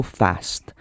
fast